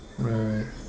right